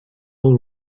bull